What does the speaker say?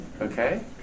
Okay